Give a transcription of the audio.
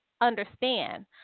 understand